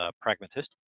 pragmatist